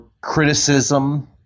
criticism